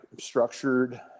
structured